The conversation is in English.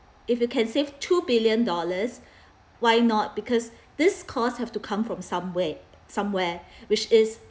if you can save two billion dollars why not because this cost have to come from somewhere somewhere which is